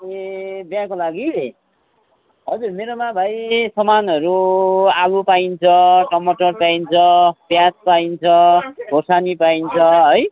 ए बिहेको लागि हजुर मेरोमा भाइ समानहरू आलु पाइन्छ टमाटर पाइन्छ प्याज पाइन्छ खोर्सानी पाइन्छ है